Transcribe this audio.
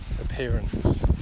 appearance